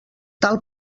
tal